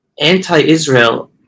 anti-Israel